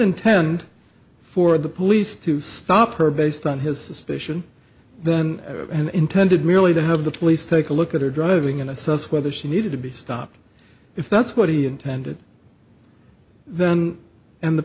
intend for the police to stop her based on his suspicion then and intended merely to have the police take a look at her driving and assess whether she needed to be stopped if that's what he intended then and the